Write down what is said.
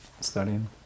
studying